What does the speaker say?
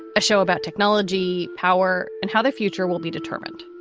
a show about technology, power and how the future will be determined.